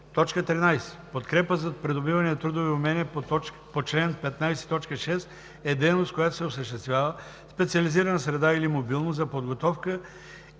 13. „Подкрепа за придобиване на трудови умения“ по чл. 15, т. 6 е дейност, която се осъществява в специализирана среда или мобилно, за подготовка